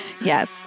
Yes